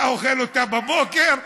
אתה אוכל אותו בבוקר,